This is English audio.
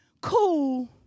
cool